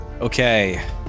Okay